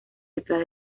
detrás